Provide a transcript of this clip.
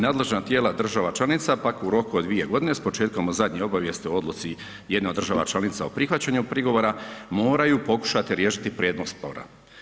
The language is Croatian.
Nadležna tijela država članica pak u roku od 2 g. s početkom od zadnje obavijesti o odluci jedne od država članica o prihvaćanju prigovora, moraju pokušati riješiti predmet spora.